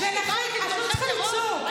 יש לי בית עם תומכי טרור?